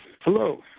Hello